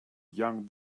young